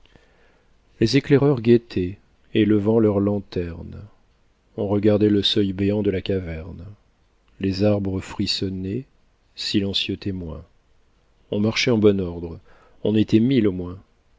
les éclaireurs guettaient élevant leur lanterne on regardait le seuil béant de la caverne les arbres frissonnaient silencieux témoins on marchait en bon ordre on était mille au moins